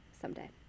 someday